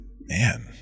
Man